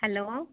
hello